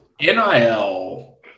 NIL